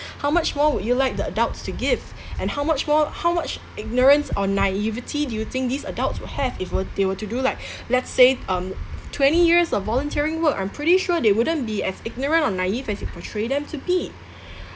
how much more would you like the adults to give and how much more how much ignorance or naivety do you think these adults will have if were they were to do like let's say um twenty years of volunteering work i'm pretty sure they wouldn't be as ignorant or naive as you portray them to be